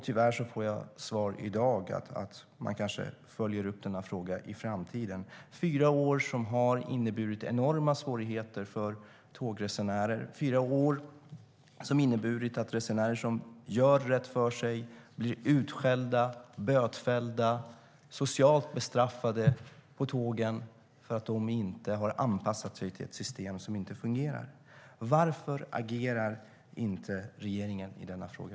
Tyvärr får jag i dag svar att man kanske följer upp denna fråga i framtiden. Dessa fyra år har inneburit enorma svårigheter för tågresenärer. Dessa fyra år har inneburit att resenärer som gör rätt för sig blir utskällda, bötfällda och socialt bestraffade på tågen för att de inte har anpassat sig till ett system som inte fungerar. Varför agerar inte regeringen i denna fråga?